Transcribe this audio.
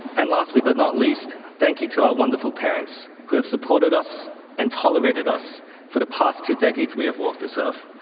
and lastly but not least, thank you to our wonderful parents who have supported us and tolerated us for the past two decades we have walked this earth.